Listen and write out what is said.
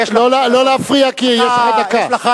חבר הכנסת, לא להפריע, כי יש לך דקה.